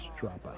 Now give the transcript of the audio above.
dropout